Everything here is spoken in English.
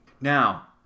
Now